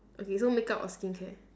okay so makeup or skincare